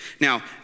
Now